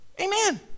Amen